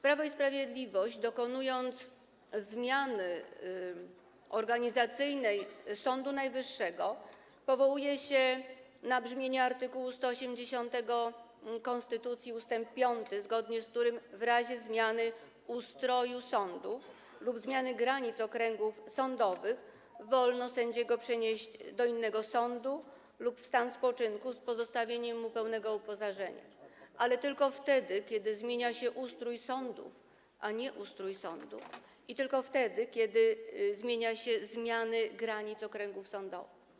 Prawo i Sprawiedliwość, dokonując zmiany organizacyjnej Sądu Najwyższego, powołuje się na brzmienie art. 180 ust. 5 konstytucji, zgodnie z którym w razie zmiany ustroju sądów lub zmiany granic okręgów sądowych wolno przenieść sędziego do innego sądu lub w stan spoczynku z pozostawieniem mu pełnego uposażenia - ale tylko wtedy, kiedy zmienia się ustrój sądów, a nie ustrój sądu, i tylko wtedy, kiedy zmienia się granice okręgów sądowych.